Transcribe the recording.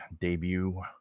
debut